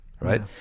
right